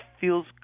feels